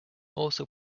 also